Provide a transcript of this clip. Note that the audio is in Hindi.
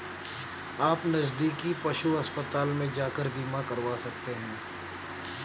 आप नज़दीकी पशु अस्पताल में जाकर बीमा करवा सकते है